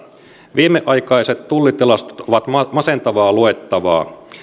viimeaikaiset tullitilastot ovat masentavaa luettavaa